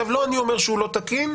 לא אני אומר שהוא לא תקין,